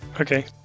okay